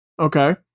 okay